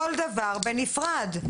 כל דבר בנפרד.